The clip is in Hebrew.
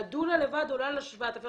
והדולה לבד עולה לה 7,000 שקלים,